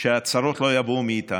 שהצרות לא יבואו מאיתנו,